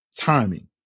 timing